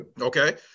okay